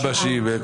חבשים.